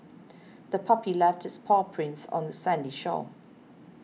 the puppy left its paw prints on the sandy shore